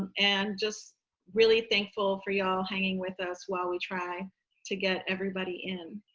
and just really thankful for y'all hanging with us while we try to get everybody in.